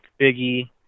Biggie